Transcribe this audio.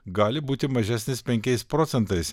gali būti mažesnis penkiais procentais